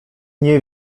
nie